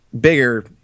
bigger